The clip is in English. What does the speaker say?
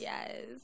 Yes